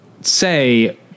say